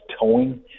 towing